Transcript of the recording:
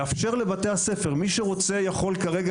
לאפשר לבית הספר מי שרוצה יכול כרגע